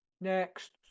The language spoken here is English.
Next